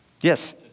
Yes